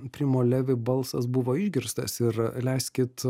primo levi balsas buvo išgirstas ir leiskit